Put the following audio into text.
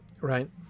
right